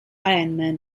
ironman